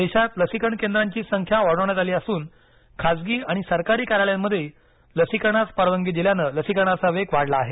देशात लसीकरण केंद्रांची संख्या वाढवण्यात आली असून खासगी आणि सरकारी कार्यालयांमध्येही लसीकरणास परवानगी दिल्यानं लसीकरणाचा वेग वाढला आहे